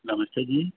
नमस्ते जी